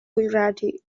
gujarati